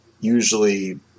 usually